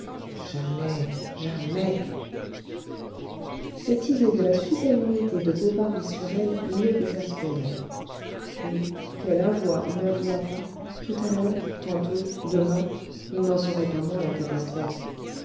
jamais jamais cette idée de la supériorité de bovary sur elle l'exaspérait puis qu'elle avouât ou n'avouât pas tout à l'heure tantôt demain il n'en saurait pas moins la catastrophe